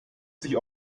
sich